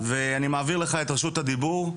אני מעביר לך את רשות הדיבור,